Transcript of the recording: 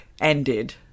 ended